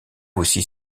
aussi